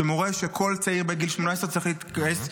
שמורה שכל צעיר בגיל 18 צריך להתגייס,